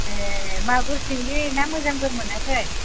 ए मागुर सिंगि ना मोजांफोर मोनाखै